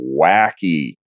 wacky